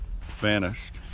vanished